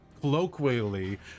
Colloquially